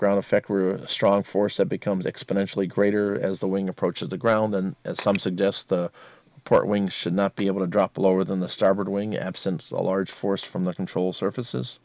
ground effect were a strong force that becomes exponentially greater as the wing approaches the ground and as some suggest the port wing should not be able to drop lower than the starboard wing absence a large force from the control surfaces